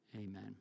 Amen